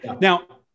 Now